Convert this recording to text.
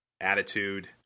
attitude